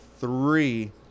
three